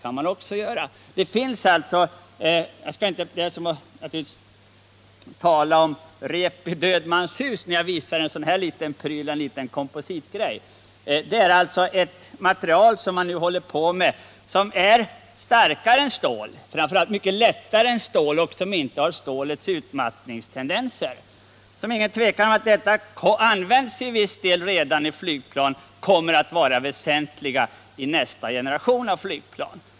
Jag skall naturligtvis — med tanke på stålindustrin — inte tala om rep i död mans hus när jag här visar en liten bit av kompositmaterial. Jag vill bara berätta att det är ett material som man nu arbetar med, som är starkare än stål, framför allt mycket lättare än stål och som inte har stålets utmattningstendenser. Detta material används redan i viss utsträckning i flygplan, och det är ingen tvekan om att det kommer att vara väsentligt i nästa generation av flygplan.